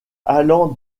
allan